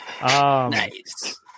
Nice